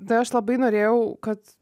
tai aš labai norėjau kad